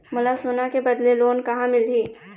मोला सोना के बदले लोन कहां मिलही?